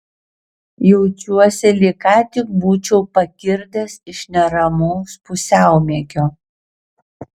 jaučiuosi lyg ką tik būčiau pakirdęs iš neramaus pusiaumiegio